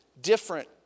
different